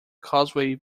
causeway